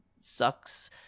sucks